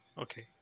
Okay